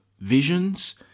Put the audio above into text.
Visions